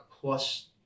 plus